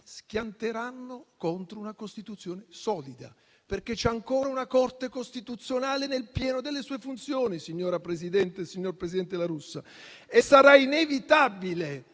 schianteranno contro una Costituzione solida. C'è ancora una Corte costituzionale nel pieno delle sue funzioni, signora Presidente e signor presidente La Russa, e sarà inevitabile,